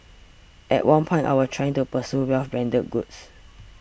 at one point I was trying to pursue wealth branded goods